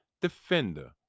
defender